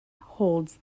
holds